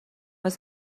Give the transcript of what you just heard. was